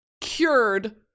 cured